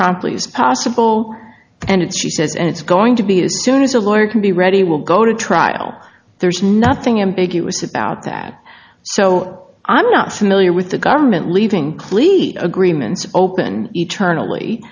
promptly as possible and it's she says and it's going to be a soon as a lawyer can be ready will go to trial there's nothing ambiguous about that so i'm not familiar with the government leaving cleat agreements open eternally